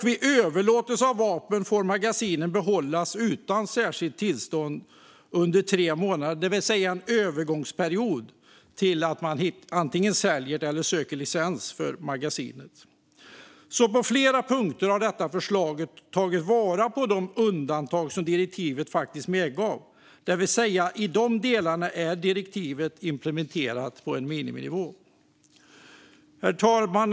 Vid överlåtelse av vapen får magasinen behållas utan särskilt tillstånd under tre månader, det vill säga en övergångsperiod fram till att man antingen säljer dem eller söker licens för dem. På flera punkter har detta förslag alltså tagit vara på de undantag som direktivet medger. I de delarna är direktivet implementerat på miniminivå. Herr talman!